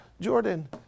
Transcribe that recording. Jordan